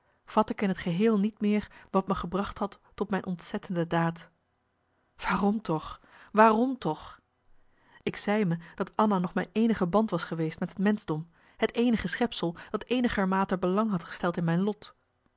vatte ik in t geheel niet meer wat me gebracht had tot mijn ontzettende daad waarom toch waarom toch ik zei me dat anna nog mijn eenige band was geweest met het menschdom het eenige schepsel dat eenigermate belang had gesteld in mijn lot